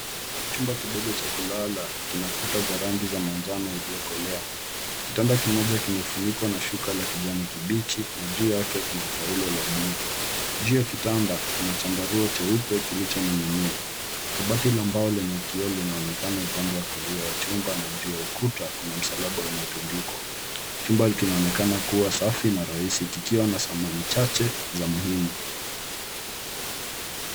Chumba kidogo cha kulala kina kuta za rangi ya manjano iliyokolea. Kitanda kimoja kimefunikwa na shuka la kijani kibichi na juu yake kuna taulo la bluu. Juu ya kitanda kuna chandarua cheupe kilichoning'inia. Kabati la mbao lenye kioo linaonekana upande wa kulia wa chumba na juu ya ukuta kuna msalaba uliotundikwa. Chumba kinaonekana kuwa safi na rahisi kikiwa na samani chache za muhimu.